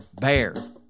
BEAR